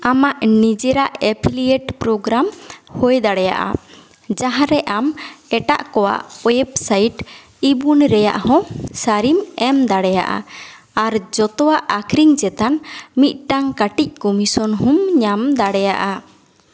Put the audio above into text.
ᱟᱢᱟᱜ ᱱᱤᱡᱮᱨᱟᱜ affiliate program ᱦᱩᱭ ᱫᱟᱽᱮᱭᱟᱜᱼᱟ ᱡᱟᱦᱟᱸᱨᱮ ᱟᱢ ᱮᱴᱟᱜ ᱠᱚᱣᱟᱜ ᱳᱭᱮᱵᱽ ᱥᱟᱭᱤᱴ ᱤ ᱵᱩᱠ ᱨᱮᱭᱟᱜ ᱦᱚᱸ ᱥᱟᱨᱤᱢ ᱮᱢ ᱫᱟᱲᱮᱭᱟᱜᱼᱟ ᱟᱨ ᱡᱚᱛᱚᱣᱟᱜ ᱟᱠᱷᱨᱤᱧ ᱪᱮᱛᱟᱱ ᱢᱤᱜᱴᱟᱝ ᱠᱟᱹᱴᱤᱡ ᱠᱚᱢᱤᱥᱚᱱ ᱦᱚᱸᱢ ᱧᱟᱢ ᱫᱟᱲᱮᱭᱟᱜᱼᱟ